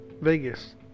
Vegas